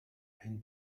ein